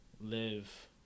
live